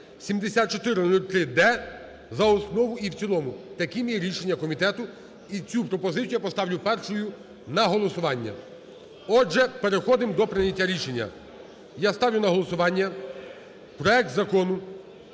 7403-д за основу і в цілому. Таким є рішення комітету і цю пропозицію я поставлю першою на голосування. Отже, переходимо до прийняття рішення. Я ставлю на голосування проект Закону